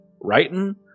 writing